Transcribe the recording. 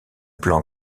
plan